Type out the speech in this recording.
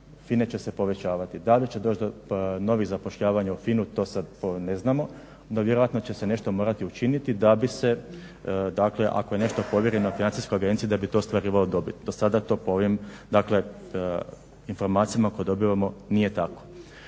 FINA-e će se povećavati. Tada će doći do novih zapošljavanja u FINA-u. To sad ne znamo, no vjerojatno će se nešto morati učiniti da bi se, dakle ako je nešto povjereno Financijskoj agenciji da bi to ostvarivalo dobit. Do sada to po ovim, dakle informacijama koje dobivamo nije tako.